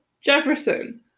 Jefferson